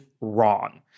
wrong